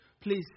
Please